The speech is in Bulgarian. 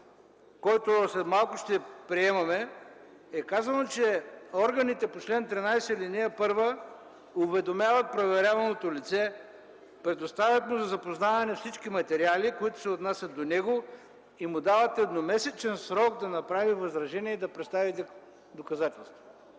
който след малко ще приемаме, е казано, че органите по чл. 13, ал. 1 уведомяват проверяваното лице, предоставят му за запознаване всички материали, които се отнасят до него, и му дават едномесечен срок да направи възражение и да представи доказателства?